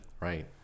Right